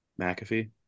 McAfee